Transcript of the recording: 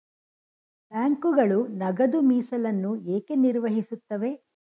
ಬ್ಯಾಂಕುಗಳು ನಗದು ಮೀಸಲನ್ನು ಏಕೆ ನಿರ್ವಹಿಸುತ್ತವೆ?